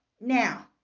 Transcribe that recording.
now